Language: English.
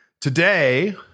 Today